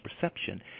perception